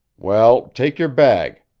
well, take your bag.